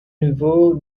niveau